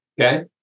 Okay